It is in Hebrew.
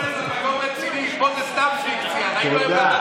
כולל זה מקום רציני, פה זה סתם פיקציה, סתם בדיחה.